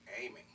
aiming